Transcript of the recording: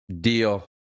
Deal